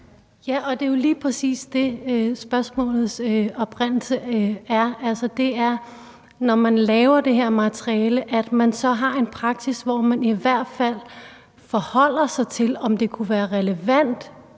(ALT): Det er jo lige præcis det, som er spørgsmålets oprindelse, altså at når man laver det her materiale, har man en praksis, hvor man i hvert fald forholder sig til, om det kunne være relevant